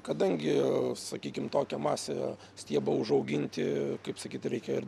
kadangi sakykim tokią masę stiebą užauginti kaip sakyt reikia ir